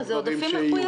לא, זה עודפים מחויבים.